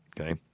okay